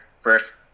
first